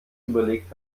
überlegt